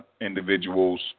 individuals